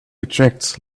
attracts